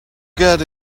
get